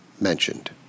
mentioned